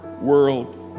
world